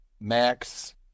Max